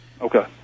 Okay